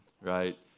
right